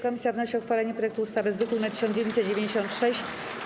Komisja wnosi o uchwalenie projektu ustawy z druku nr 1996.